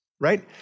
right